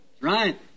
Right